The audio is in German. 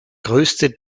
größte